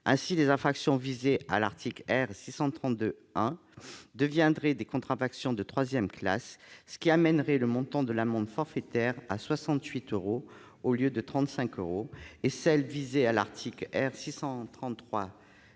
Ainsi, les infractions visées à l'article R. 632-1 deviendraient des contraventions de troisième classe, ce qui porterait le montant de l'amende forfaitaire à 68 euros, au lieu de 35 euros, et celles visées à l'article R.